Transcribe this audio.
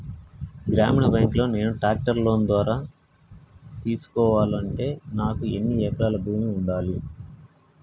గ్రామీణ బ్యాంక్ లో నేను ట్రాక్టర్ను లోన్ ద్వారా తీసుకోవాలంటే నాకు ఎన్ని ఎకరాల భూమి ఉండాలే?